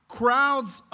crowds